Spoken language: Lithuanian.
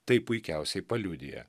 tai puikiausiai paliudija